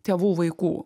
tėvų vaikų